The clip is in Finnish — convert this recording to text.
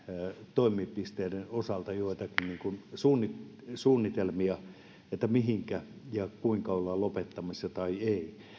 toimipisteiden osalta joitakin suunnitelmia missä ja kuinka ollaan lopettamassa tai ei